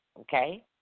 okay